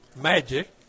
magic